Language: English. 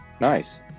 Nice